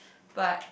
but